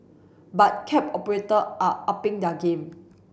but cab operator are upping their game